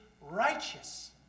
righteous